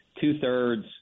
two-thirds